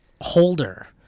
holder